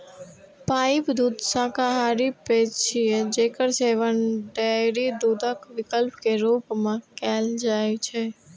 pipe दूध शाकाहारी पेय छियै, जेकर सेवन डेयरी दूधक विकल्प के रूप मे कैल जाइ छै